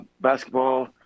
basketball